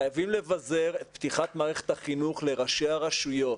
חייבים לבזר את פתיחת מערכת החינוך לראשי הרשויות.